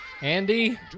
Andy